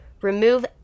remove